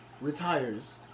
retires